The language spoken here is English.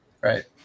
right